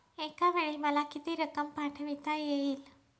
एकावेळी मला किती रक्कम पाठविता येईल?